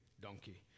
donkey